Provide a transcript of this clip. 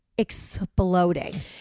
exploding